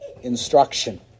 instruction